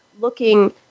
looking